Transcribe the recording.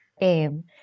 aim